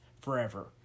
forever